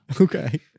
Okay